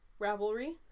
Ravelry